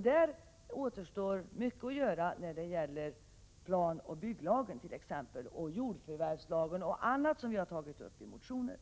Det återstår t.ex. mycket att göra när det gäller planoch bygglagen samt jordförvärvslagen och annat som vi har tagit upp i motioner.